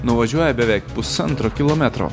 nuvažiuoja beveik pusantro kilometro